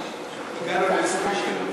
את ההסתייגויות עד 22, כולל לחלופין.